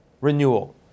renewal